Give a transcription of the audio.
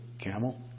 camel